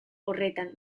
horretan